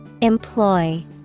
employ